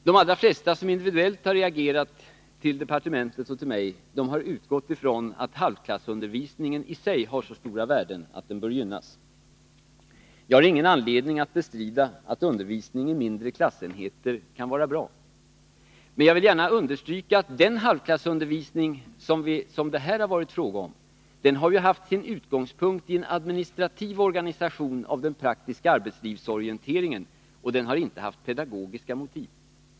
De allra flesta som individuellt har reagerat och vänt sig till departementet och till mig har utgått ifrån att halvklassundervisningen i sig har så stort värde att den bör gynnas. Jag har ingen anledning att betvivla att undervisning i mindre klassenheter kan vara bra, men jag vill gärna understryka att den halvklassundervisning som det här varit fråga om har haft sin utgångspunkt i en administrativ organisation av den praktiska arbetslivsorienteringen. Den har alltså inte haft pedagogiska motiv.